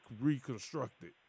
reconstructed